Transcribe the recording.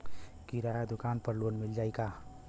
किराना दुकान पर लोन मिल जाई का?